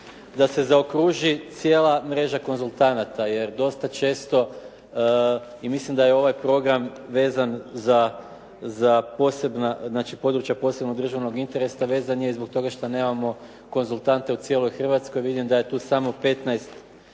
da se zaokruži cijela mreža konzultanata jer dosta često, i mislim da je ovaj program vezan za područja od posebnog državnog interesa, vezan je zbog toga što nemamo konzultante u cijeloj Hrvatskoj. Vidim da je tu samo 15